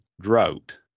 drought